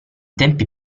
tempi